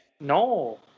No